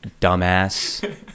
dumbass